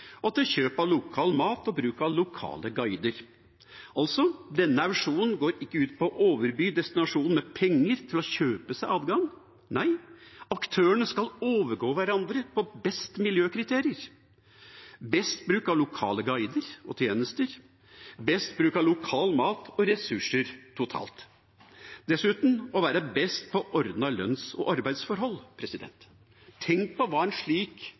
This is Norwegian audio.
og til kjøp av lokal mat og bruk av lokale guider. Altså: Denne auksjonen går ikke ut på å overby destinasjonen med penger til å kjøpe seg adgang. Nei, aktørene skal overgå hverandre på best miljøkriterier, best bruk av lokale guider og tjenester, best bruk av lokal mat og ressurser totalt, og dessuten være best på ordnede lønns- og arbeidsforhold. Tenk på hva en slik